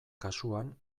kasuan